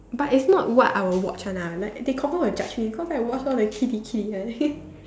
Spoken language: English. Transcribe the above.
but it's not what I will watch one ah like they confirm will judge me cause I watch all the kiddie kiddie one